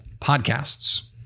podcasts